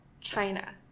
China